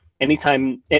anytime